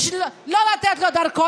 לא לתת לו דרכון.